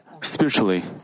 spiritually